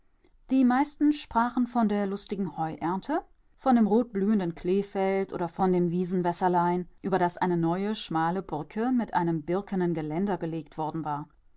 die meisten sprachen von der lustigen heuernte von dem rotblühenden kleefeld oder von dem wiesenwässerlein über das eine neue schmale brücke mit einem birkenen geländer gelegt worden war